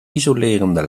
isolerende